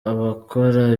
abakora